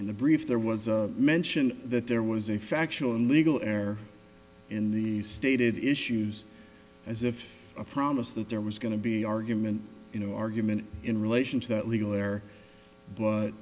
in the brief there was a mention that there was a factual and legal air in the stated issues as if a promise that there was going to be argument you know argument in relation to that legal air